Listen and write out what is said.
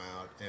out